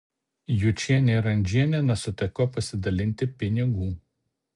jučienė ir andžienė nesutiko pasidalinti pinigų